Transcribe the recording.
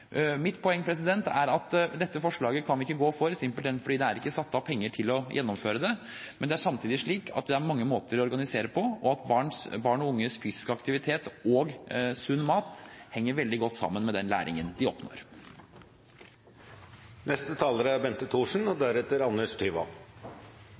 Mitt poeng er at dette forslaget kan vi ikke gå for, simpelthen fordi det ikke er satt av penger til å gjennomføre det, men det er samtidig slik at det er mange måter å organisere det på. Barn og unges fysiske aktivitet og sunn mat henger veldig godt sammen med den læringen de oppnår. Først vil jeg takke saksordføreren for et godt samarbeid og en god gjennomgang av saken. Fremskrittspartiet er